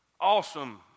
awesome